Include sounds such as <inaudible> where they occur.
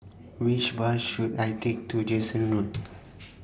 Which Bus should I Take to Jansen Road <noise>